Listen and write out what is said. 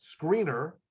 screener